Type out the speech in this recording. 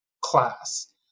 class